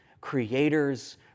creator's